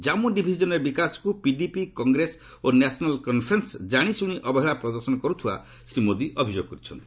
କାମ୍ମୁ ଡିଭିଜନ୍ରେ ବିକାଶକୁ ପିଡିପି କଂଗ୍ରେସ ଓ ନ୍ୟାସନାଲ୍ କନ୍ଫରେନ୍ସ କାଣିଶୁଣି ଅବହେଳା ପ୍ରଦର୍ଶନ କରୁଥିବା ଶ୍ରୀ ମୋଦି ଅଭିଯୋଗ କରିଛନ୍ତି